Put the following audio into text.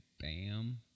bam